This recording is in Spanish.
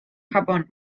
japón